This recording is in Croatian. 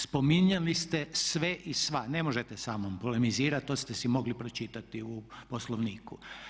Spominjali ste sve i sva, ne možete samnom polemizirat, to ste si mogli pročitati u Poslovniku.